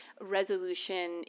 resolution